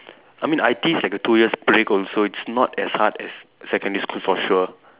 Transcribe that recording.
I mean I_T_E is like a two years break also it's not as hard as secondary school for sure